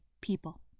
people